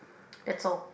that's all